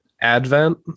Advent